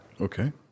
Okay